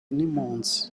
n’impunzi